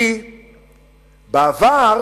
כי בעבר